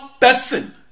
person